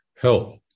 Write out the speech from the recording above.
help